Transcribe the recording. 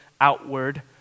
outward